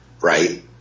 right